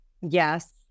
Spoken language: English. Yes